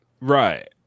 right